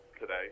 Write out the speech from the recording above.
today